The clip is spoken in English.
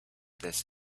this